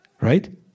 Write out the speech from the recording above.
Right